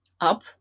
up